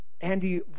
Andy